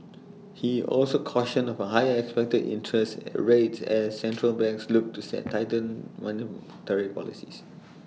he also cautioned of higher expected interest rates as central banks look set to tighten monetary policies